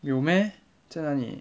有 meh 在哪里